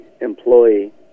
employee